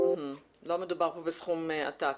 לא מדובר פה בסכום עתק.